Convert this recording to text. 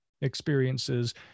experiences